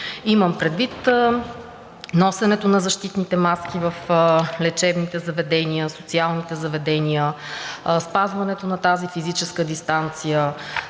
Имам предвид носенето на защитните маски в лечебните заведения, социалните заведения, спазването на тази физическа дистанция.